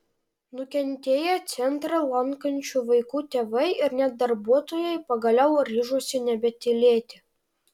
nukentėję centrą lankančių vaikų tėvai ir net darbuotojai pagaliau ryžosi nebetylėti